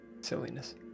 Silliness